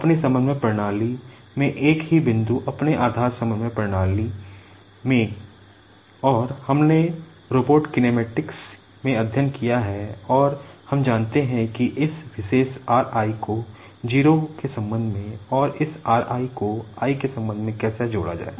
इसी बिंदु को एक और स्थिति वेक्टर में अध्ययन किया है और हम जानते हैं कि इस विशेष r i को 0 के संबंध में और इस r i को i के संबंध में कैसे जोड़ा जाए